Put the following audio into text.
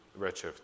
Redshift